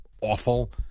awful –